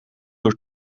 door